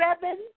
seven